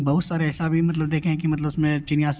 बहुत सारे ऐसा भी मतलब देखें हैं कि मतलब उसमें चिड़िया